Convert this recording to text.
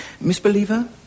misbeliever